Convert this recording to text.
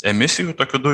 emisijų tokių du